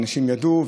אנשים ידעו,